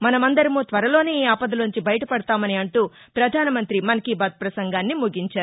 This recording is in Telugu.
మసమందరమూ త్వరలోనే ఈ ఆపద లోంచి బయటపడతామని అంటూ ప్రధానమంతి మన్ కీ బాత్ పసంగాన్ని ముగించారు